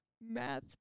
math